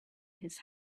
his